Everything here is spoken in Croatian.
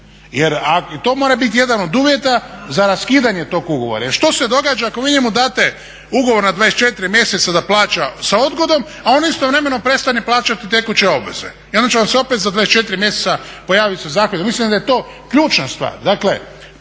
jer to mora biti jedan od uvjeta za raskidanje tog ugovora. Jer što se događa ako vi njemu date ugovor na 24 mjeseca da plaća sa odgodom, a on istovremeno prestane plaćati tekuće obveze i onda će vam se opet za 24mjeseca …. Mislim da je to ključna stvar.